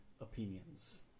opinions